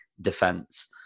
defense